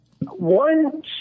One